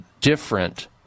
different